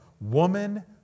woman